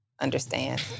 understand